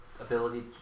ability